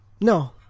No